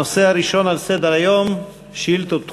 הנושא הראשון על סדר-היום: שאילתות דחופות.